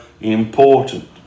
important